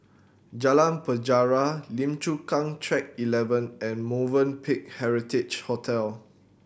Jalan Penjara Lim Chu Kang Track Eleven and Movenpick Heritage Hotel